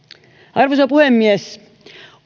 arvoisa puhemies